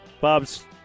Bob's